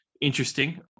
interesting